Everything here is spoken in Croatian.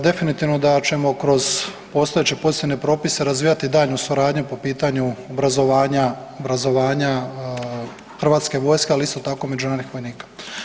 Definitivno da ćemo kroz postojeće pozitivne propise razvijati daljnju suradnju po pitanju obrazovanja, obrazovanja hrvatske vojske, ali isto tako međunarodnih vojnika.